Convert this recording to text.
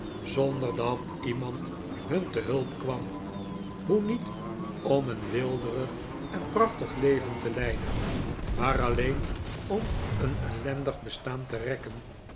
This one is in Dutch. zonder dat iemand hun te hulp kwam hoe niet om een weelderig en prachtig leven te leiden maar alleen om een ellendig bestaan te rekken